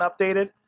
updated